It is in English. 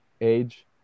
age